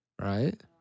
right